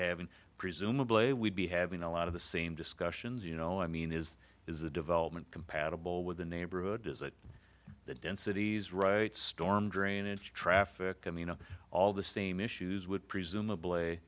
having presumably we'd be having a lot of the same discussions you know i mean is is a development compatible with the neighborhood is that the densities right storm drainage traffic and you know all the same issues would presumably